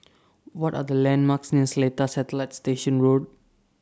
What Are The landmarks near Seletar Satellite Station Road